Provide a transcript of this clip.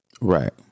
Right